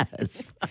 Yes